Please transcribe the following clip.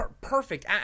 perfect